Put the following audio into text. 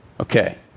Okay